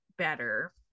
Better